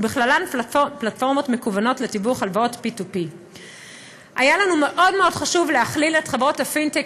ובכללן פלטפורמות מקוונות לתיווך הלוואות P2P. היה לנו מאוד מאוד חשוב לכלול את חברות הפינטק,